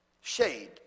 Shade